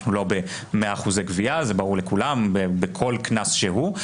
אנחנו לא ב-100% גבייה בכל קנס שהוא,